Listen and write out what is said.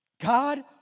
God